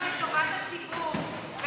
טובת הציבור ולא,